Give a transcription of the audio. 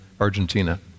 Argentina